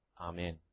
Amen